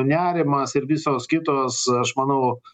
nerimas ir visos kitos aš manau